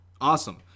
Awesome